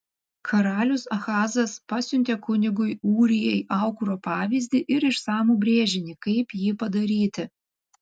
karalius ahazas pasiuntė kunigui ūrijai aukuro pavyzdį ir išsamų brėžinį kaip jį padaryti